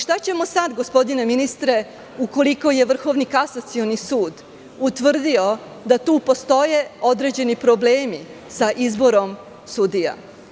Šta ćemo sada, gospodine ministre, ukoliko je Vrhovni kasacioni sud utvrdio da tu postoje određeni problemi sa izborom sudija?